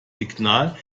signal